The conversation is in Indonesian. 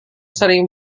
sering